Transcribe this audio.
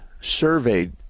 surveyed